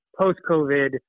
post-COVID